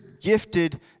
gifted